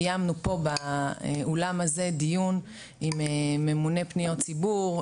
קיימנו פה באולם הזה דיון עם ממוני פניות ציבור,